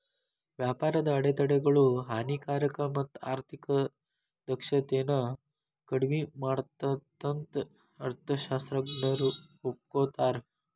ವ್ಯಾಪಾರದ ಅಡೆತಡೆಗಳು ಹಾನಿಕಾರಕ ಮತ್ತ ಆರ್ಥಿಕ ದಕ್ಷತೆನ ಕಡ್ಮಿ ಮಾಡತ್ತಂತ ಅರ್ಥಶಾಸ್ತ್ರಜ್ಞರು ಒಪ್ಕೋತಾರ